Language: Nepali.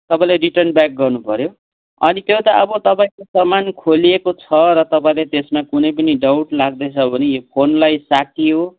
तपाईँले रिटन ब्याक गर्नु पऱ्यो अनि त्यो त अब तपाईँको सामान खोलिएको छ र तपाईँले त्यसमा कुनै पनि डाउट लाग्दैछ भने यो फोनलाई सा के हो